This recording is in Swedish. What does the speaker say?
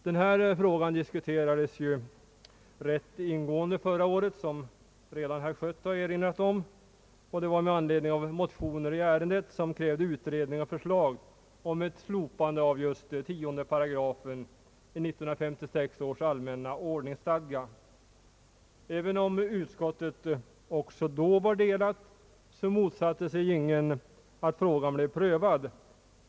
Den här frågan diskuterades rätt ingående förra året, vilket herr Schött redan har erinrat om, med anledning av motioner i vilka krävdes utredning och förslag om ett slopande av 10 § i 1956 års allmänna ordningsstadga. även om utskottet också då var delat, motsatte sig ingen att frågan blev prövad.